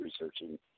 researching